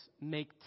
make